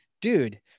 dude